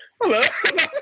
Hello